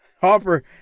Hopper